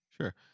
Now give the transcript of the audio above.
sure